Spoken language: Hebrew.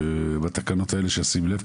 בתקנות האלה שישים לב,